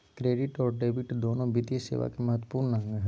credit और debit दोनो वित्तीय सेवा के महत्त्वपूर्ण अंग हय